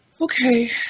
Okay